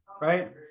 right